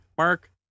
mark